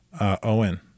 Owen